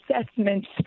assessments